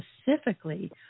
specifically